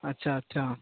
अच्छा अच्छा